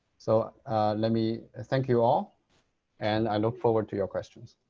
so let me thank you all and i look forward to your questions.